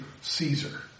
Caesar